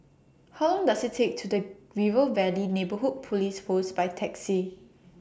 How Long Does IT Take The River Valley Neighbourhood Police Post By Taxi